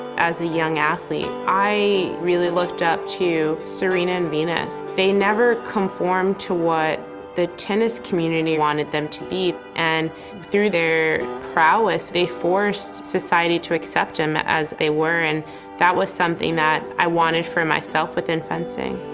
as a young athlete i really looked up to serena and venus. they never conformed to what the tennis community wanted them to be and through their prowess, they forced society to accept them as they were and that was something that i wanted for myself within fencing.